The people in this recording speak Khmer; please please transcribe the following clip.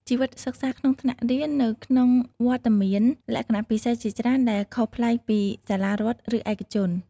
ជីវិតសិក្សាក្នុងថ្នាក់រៀននៅក្នុងវត្តមានលក្ខណៈពិសេសជាច្រើនដែលខុសប្លែកពីសាលារដ្ឋឬឯកជន។